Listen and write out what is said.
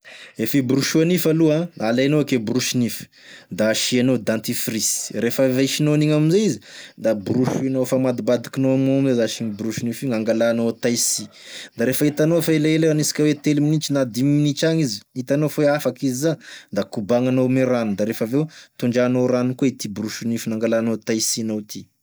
E fiborosoa nify aloha, alainao eky e borosy nify, da asianao dentifrice, refa vaisinao an'igny amizay izy, da borosohinao afamadibadikinao amign'ao amizay zase igny borosy nify igny anglalanao taisy, da refa hitanao fa elaela aniasika oe telo minitry na dimy minitry agny izy hitanao fa oe afaky izy zà da kobagninao ame rano da refaveo tondrahinao rano koa ity borosy nify nangalanao taisinao ty.